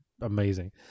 amazing